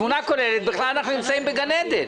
תמונה כוללת, בכלל, אנחנו נמצאים בגן עדן.